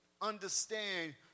understand